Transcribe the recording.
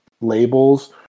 labels